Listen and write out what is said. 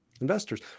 investors